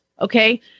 okay